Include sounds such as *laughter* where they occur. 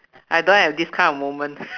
I don't have this kind of moment *laughs*